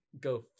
go